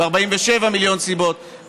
ו-47 מיליון סיבות,